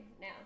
now